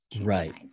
Right